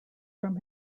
from